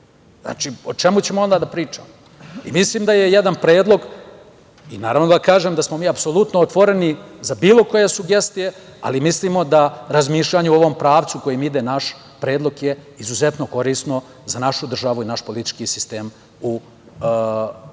Znači, o čemu ćemo onda da pričamo? Naravno, kažem da smo mi apsolutno otvoreni za bilo koje sugestije, ali mislimo da razmišljanje u ovom pravcu u kom ide naš predlog je izuzetno korisno za našu državu i naš politički sistem u kom